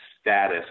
status